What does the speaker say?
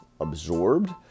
absorbed